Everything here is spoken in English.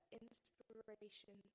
inspiration